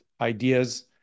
ideas